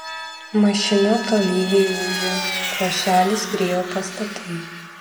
mašina tolygiai ūžė pro šalį skriejo pastatai